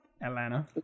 Atlanta